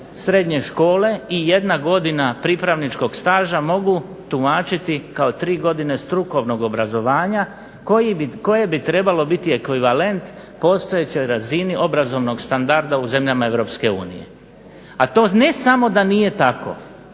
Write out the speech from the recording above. srednje škole i jedna godina pripravničkog staža mogu tumačiti kao tri godine strukovnog obrazovanja koje bi trebalo biti ekvivalent postojećoj razini obrazovnog standarda u zemljama Europske unije. A to ne samo da nije tako